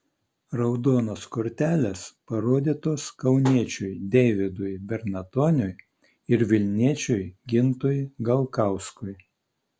raudonos kortelės parodytos kauniečiui deividui bernatoniui ir vilniečiui gintui galkauskui